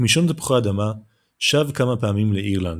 כימשון תפוחי האדמה שב כמה פעמים לאירלנד,